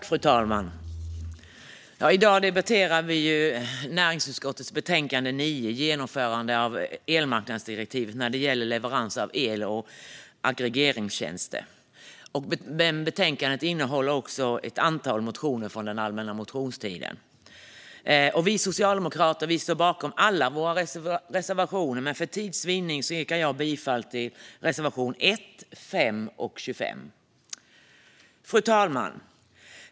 Fru talman! Nu debatterar vi NU9 Genomförande av elmarknadsdirektivet när det gäller leverans av el och aggregeringstjänster . Betänkandet innehåller också ett antal motioner från allmänna motionstiden. Jag står bakom alla våra reservationer, men för tids vinning yrkar jag bifall endast till reservationerna 1, 5 och 25. Fru talman!